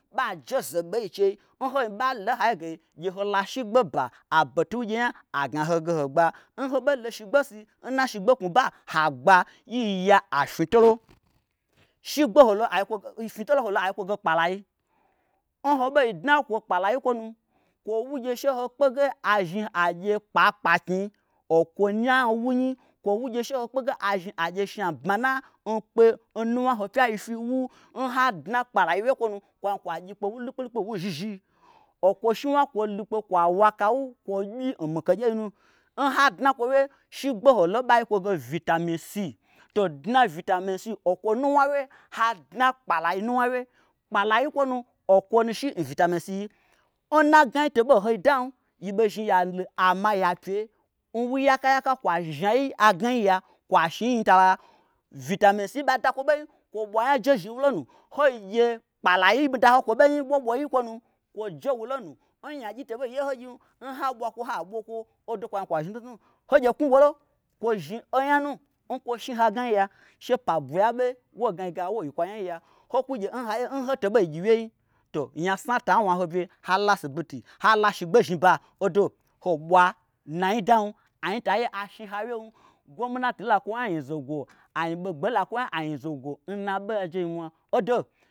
Ɓajeze ɓei chei nhoin ɓalo nhaiye ge holo ashigbe ba abetugye nya agnaho ge hogba nhoɓolo shigbesi nna shigbe knwuba ha gba yiya afnyitolo shigbeholo ai fnyitolo holo ai yikwoge kpalayi nhoɓei dna nkwo kpalayi-i kwonu. kwo wugye sheho kpege azhni agye kpakpaknyi okwo nuwna wunyi, kwo wugye she hozhni hagye shnambmana nkpe nnuwna hopyeifyi nnwu nha dna kpalayi wye nkwonu kwa zhni kwagyi kpe nwu likpilikpi nwu nzhizhi okwo shniwna kwo gyikpe kwa wo'akawu kwo ɓyii n mikegyei nu nha dna kwo wye shigbe holo n bayi kwoge vitamin c to dna vitamin c okwo nuwna wye hadna kpalai nuwna wye kpalai nkwonu okwonu shi n vitamin c yi nnagnai tobo nhoi dam yibei zhni yalu ama yapye nwu yaka yaka kwa zhai agnai ya kwa shniyi nyitalaya vitamin c nba dakwo ɓein kwonyi ɓwa anya je zhni wulonu hoin ye kpalayi nmi dahokwo ɓein ɓoɓo yii nkwonu kwo jewulo nu. n nyagyi to ɓei yehogyim nha ɓwakwo haɓo kwo odo kwazhni kwa zhni tnutnu ho gye knwuɓolo kwo zhni onyanu nkwo shni ho agnaiya. She pabwui aɓe woi gnai ge awo yikwu anyai ya hokwugye nhaiye nhoto ɓeyi ngyiwyein to nyasna ta wna hoge halo asibiti halo ashigbe zhni ɓa odo hobwa naidam anyi taye ashihawyem gwomnati lakwonya nyize gwo anyibogbe lakwonya nyizegwo nna aɓoajei mwa odo